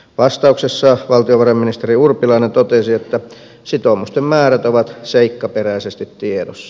vastauksessa valtiovarainministeri urpilainen totesi että sitoumusten määrät ovat seikkaperäisesti tiedossa